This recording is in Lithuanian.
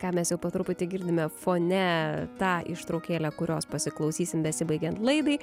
ką mes jau po truputį girdime fone tą ištraukėlę kurios pasiklausysim besibaigiant laidai